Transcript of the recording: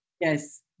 yes